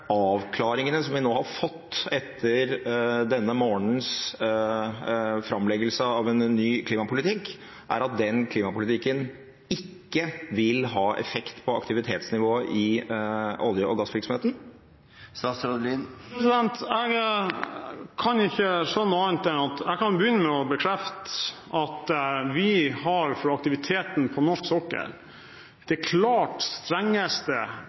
avklaringene som vi nå har fått etter denne morgenens framleggelse av en ny klimapolitikk, er at den klimapolitikken ikke vil ha effekt på aktivitetsnivået i olje- og gassvirksomheten? Jeg kan begynne med å bekrefte at vi har for aktiviteten på norsk sokkel det klart strengeste